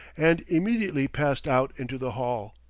and immediately passed out into the hall.